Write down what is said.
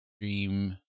Dream